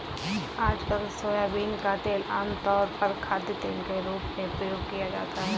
आजकल सोयाबीन का तेल आमतौर पर खाद्यतेल के रूप में प्रयोग किया जाता है